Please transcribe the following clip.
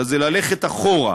אלא זה ללכת אחורה.